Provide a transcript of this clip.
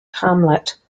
hamlet